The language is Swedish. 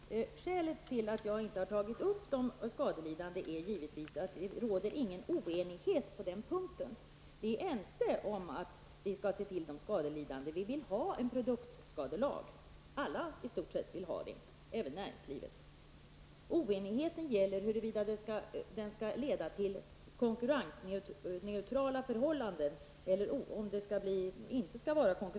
Herr talman! Skälet till att jag inte har tagit upp de skadelidande är givetvis att det inte råder någon oenighet på den punkten. Vi är ense om att vi skall se till de skadelidande. Vi vill ha en produktskadelag, i stort sett alla vill ha en sådan, även näringslivet. Oenigheten gäller huruvida lagen skall leda till konkurrensneutrala förhållanden eller inte.